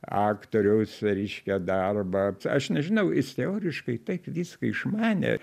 aktoriaus reiškia darbą aš nežinau jis teoriškai taip viską išmanė